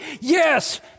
Yes